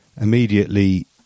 immediately